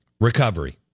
Recovery